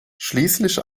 schließlich